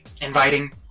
inviting